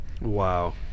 wow